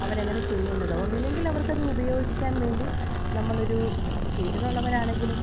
അവർ അങ്ങനെ ചെയ്യുന്നത് ഒന്നില്ലെങ്കിൽ അവർക്കത് ഉപയോഗിക്കാൻ വേണ്ടി നമ്മളൊരു വീട്ടിലുള്ളവർ ആണെങ്കിലും